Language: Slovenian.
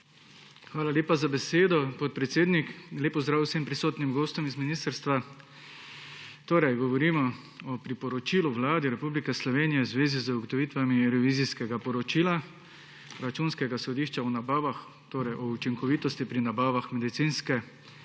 Hvala lepa za besedo, podpredsednik. Lep pozdrav vsem prisotnim gostom iz ministrstva! Torej govorimo o priporočilu Vladi Republike Slovenije v zvezi z ugotovitvami revizijskega poročila Računskega sodišča o nabavah, torej o učinkovitosti pri nabavah medicinske in